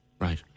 right